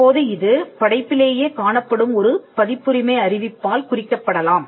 தற்போது இது படைப்பிலேயே காணப்படும் ஒரு பதிப்புரிமை அறிவிப்பால் குறிக்கப்படலாம்